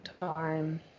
time